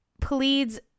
pleads